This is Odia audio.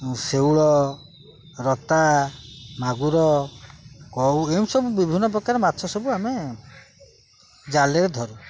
ଶେଉଳ ରତା ମାଗୁର କଉ ଏ ସବୁ ବିଭିନ୍ନ ପ୍ରକାର ମାଛ ସବୁ ଆମେ ଜାଲିରେ ଧରୁ